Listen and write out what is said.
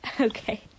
Okay